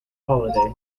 holiday